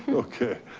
okay.